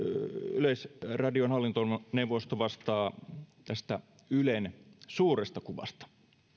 yleisradion hallintoneuvosto vastaa tästä ylen suuresta kuvasta